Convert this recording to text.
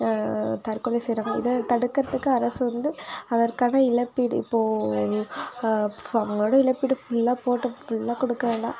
தற்கொலை செய்கிறாங்க இத தடுக்கிறதுக்கு அரசு வந்து அதற்கான இழப்பீடு இப்போது அவங்குளோட இழப்பீடு ஃபுல்லாக போட்டது ஃபுல்லாக கொடுக்க வேண்டாம்